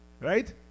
Right